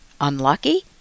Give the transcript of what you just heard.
unlucky